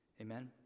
Amen